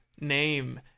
name